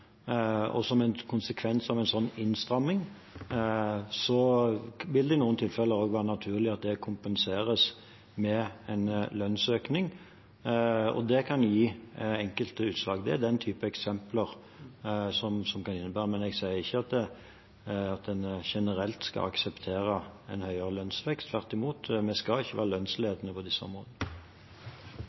Som en konsekvens av en slik innstramming vil det i noen tilfeller være naturlig at det kompenseres med en lønnsøkning. Det kan gi enkelte utslag. Det er slike eksempler som kan innebære en økning. Men jeg sier ikke at en generelt skal akseptere en høyere lønnsvekst – tvert imot. Vi skal ikke være lønnsledende på disse områdene.